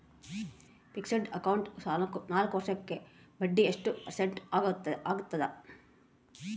Fixed account ನಾಲ್ಕು ವರ್ಷಕ್ಕ ಬಡ್ಡಿ ಎಷ್ಟು ಪರ್ಸೆಂಟ್ ಆಗ್ತದ?